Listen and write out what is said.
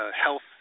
health